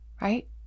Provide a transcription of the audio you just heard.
Right